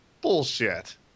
bullshit